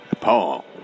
Paul